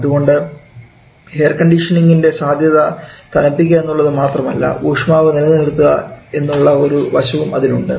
അതുകൊണ്ട് എയർകണ്ടീഷനിങ്ഇൻറെ സാധ്യത തണുപ്പിക്കുക എന്നുള്ളത്മാത്രമല്ല ഊഷ്മാവ് നിലനിർത്തുക എന്നുള്ള ഒരു വശവും അതിലുണ്ട്